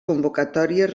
convocatòries